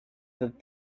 that